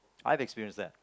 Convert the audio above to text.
I've experience that